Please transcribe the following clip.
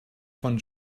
von